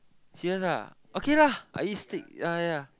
serious ah okay lah I eat steak ya ya ya